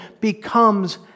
becomes